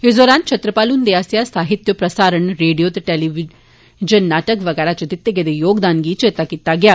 इस दौरान छतरपाल हुंदे आस्सेआ साहित्य प्रसारण रेडियो ते टेलीविजन नाटक वगैरा इच दित्ते गेदे योगदान गी बी चेता कीता गेआ